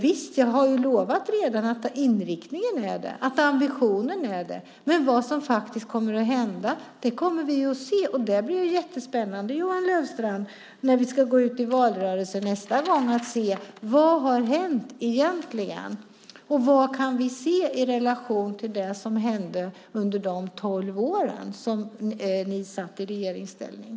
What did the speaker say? Visst, jag har redan lovat att inriktningen och ambitionen är sådan, men vad som faktiskt kommer att hända får vi se. När vi nästa gång går ut i valrörelsen blir det jättespännande, Johan Löfstrand, att se vad som hänt i relation till det som hände under de tolv år som ni satt i regeringsställning.